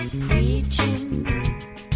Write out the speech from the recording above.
preaching